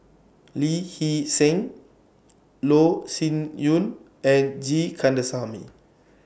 Lee Hee Seng Loh Sin Yun and G Kandasamy